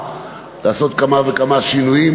לעשות כמה וכמה שינויים,